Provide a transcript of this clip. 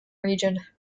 region